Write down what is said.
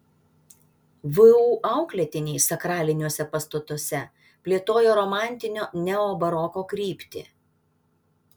vu auklėtiniai sakraliniuose pastatuose plėtojo romantinio neobaroko kryptį